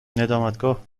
ندامتگاه